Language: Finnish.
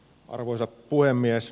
arvoisa puhemies